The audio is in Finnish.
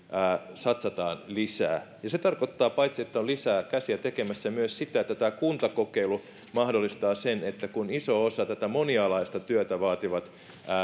satsataan lisää se tarkoittaa paitsi sitä että on lisää käsiä tekemässä myös sitä että tämä kuntakokeilu mahdollistaa sen että kun iso osa monialaista työtä vaativista